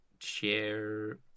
share